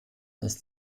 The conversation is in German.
ist